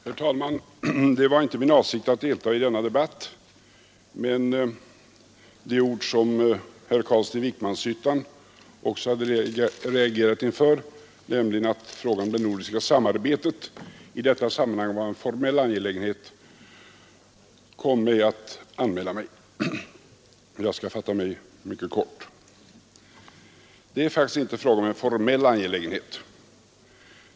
Herr talman! Det var inte min avsikt att delta i den här debatten, men de ord som herr Carlsson i Vikmanshyttan också hade reagerat inför, nämligen att frågan om det nordiska samarbetet i detta sammanhang var en formell angelägenhet, kom mig att begära ordet. Jag skall fatta mig mycket kort. Det är faktiskt inte fråga om en formell angelägenhet.